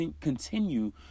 continue